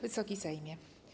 Wysoki Sejmie!